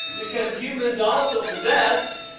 because humans also possess.